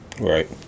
Right